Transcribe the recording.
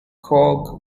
cog